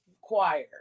choir